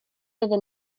iddyn